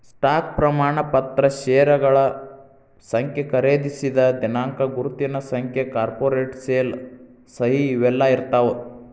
stock ಪ್ರಮಾಣ ಪತ್ರ ಷೇರಗಳ ಸಂಖ್ಯೆ ಖರೇದಿಸಿದ ದಿನಾಂಕ ಗುರುತಿನ ಸಂಖ್ಯೆ ಕಾರ್ಪೊರೇಟ್ ಸೇಲ್ ಸಹಿ ಇವೆಲ್ಲಾ ಇರ್ತಾವ